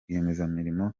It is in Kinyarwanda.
rwiyemezamirimo